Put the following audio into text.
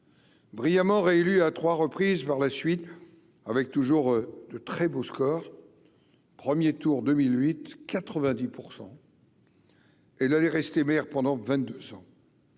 brillamment réélu à 3 reprises par la suite, avec toujours de très beaux scores 1er tour 2008 90 %. Et allait rester maire pendant 22 ans,